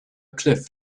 cliff